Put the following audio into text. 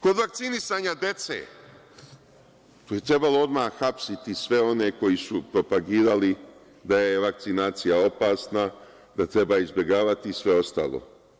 Kod vakcinisanja dece, tu je trebalo odmah hapsiti sve one koji su propagirali da je vakcinacija opasna, da treba izbegavati, i sve ostalo.